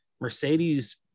Mercedes